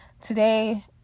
Today